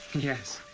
yes,